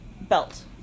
belt